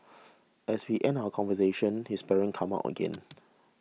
as we end our conversation his parents come up again